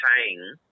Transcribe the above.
paying